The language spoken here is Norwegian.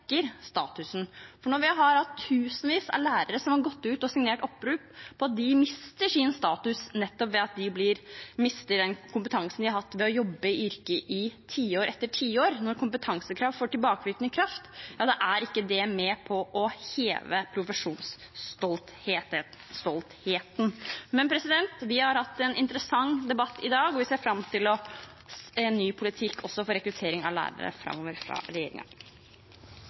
Tusenvis av lærere har signert et opprop om at de taper status nettopp fordi de mister den kompetansen de har hatt ved å jobbe i yrket i tiår etter tiår. Når kompetansekrav får tilbakevirkende kraft, ja da er ikke det med på å heve profesjonsstoltheten. Vi har hatt en interessant debatt i dag, og vi ser fram til å se ny politikk fra regjeringen for rekruttering av lærere framover.